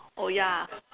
oh ya